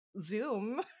Zoom